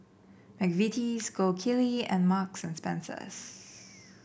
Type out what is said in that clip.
McVitie's Gold Kili and Marks and Spencer